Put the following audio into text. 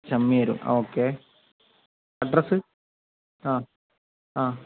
ശംമീര് ഹാ okay address ആ ആ